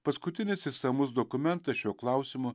paskutinis išsamus dokumentas šiuo klausimu